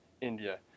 India